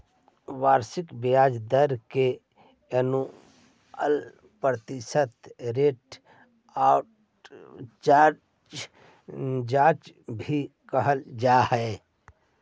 वार्षिक ब्याज दर के एनुअल प्रतिशत रेट ऑफ चार्ज भी कहल जा हई